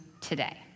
today